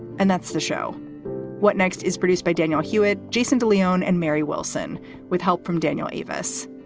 and that's the show what next is produced by daniel hewitt, jason de leon and mary wilson with help from daniel evers'.